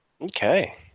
Okay